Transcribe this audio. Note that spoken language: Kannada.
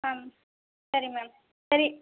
ಹಾಂ ಸರಿ ಮ್ಯಾಮ್ ಸರಿ